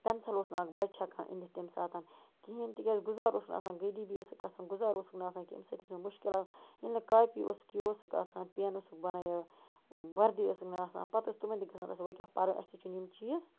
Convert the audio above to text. pencil اوس نہٕ اکھ بَچہِ ہیٚکان أنِتھ تَمہِ ساتن کِہیٖنۍ تِکیٛازِ گُزار اوسُکھ نہٕ آسان غٔریٖبی ٲسٕکھ آسان گُزار اوسُکھ نہٕ آسان کیٚنٛہہ اَمہِ سۭتۍ ٲسۍ آسان مُشکِلات ییٚلہِ نہٕ کاپی اوسُکھ یہِ اوسُکھ آسان پیٚن اوسُکھ بنان وردی ٲسٕکھ نہٕ آسان پتہٕ اوس تِمن تہِ گژھان تِم ٲسۍ دَپان وۄنۍ کیٛاہ پَرو اَسہِ تہِ چھِ نہٕ یِم چیٖز